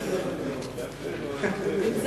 עם זה